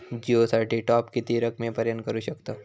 जिओ साठी टॉप किती रकमेपर्यंत करू शकतव?